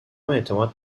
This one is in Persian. اعتماد